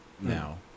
now